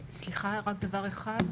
סליחה, רק דבר אחד.